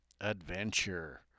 adventure